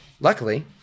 luckily